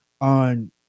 on